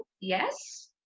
yes